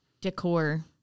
decor